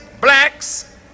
blacks